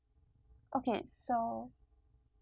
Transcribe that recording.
okay so